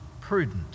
prudent